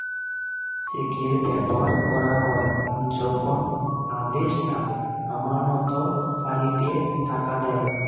চেকের ব্যবহার করা হয় যখন আদেষ্টা আমানতকারীদের টাকা দেয়